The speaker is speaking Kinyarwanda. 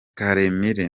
karemire